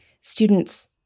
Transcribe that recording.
students